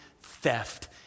theft